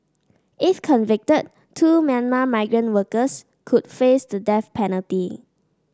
if convicted two Myanmar migrant workers could face the death penalty